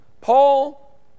Paul